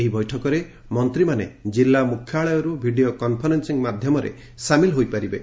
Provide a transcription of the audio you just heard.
ଏହି ବୈଠକରେ ମନ୍ତୀମାନେ କିଲ୍ଲା ମୁଖ୍ୟାଳୟରୁ ଭିଡ଼ିଓ କନ୍ଫରେନ୍ବିଂ ମାଧ୍ଧମରେ ସାମିଲ୍ ହୋଇପାରିବେ